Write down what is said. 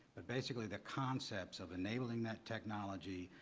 but basically, the concepts of enabling that technology,